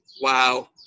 Wow